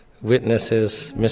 Witnesses